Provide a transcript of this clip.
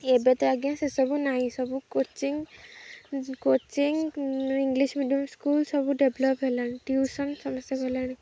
ଏବେ ତ ଆଜ୍ଞା ସେସବୁ ନାହିଁ ସବୁ coaching coaching English medium school ସବୁ ଡେଭ୍ଲପ୍ ହେଲାଣି ଟିଉସନ୍ ସମସ୍ତେ ଗଲାଣି